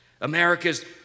America's